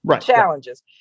challenges